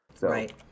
Right